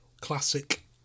Classic